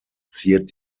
ziert